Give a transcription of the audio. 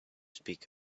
speak